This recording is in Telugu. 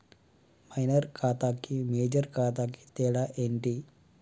మైనర్ ఖాతా కి మేజర్ ఖాతా కి తేడా ఏంటి?